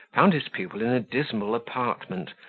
found his pupil in a dismal apartment,